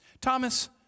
Thomas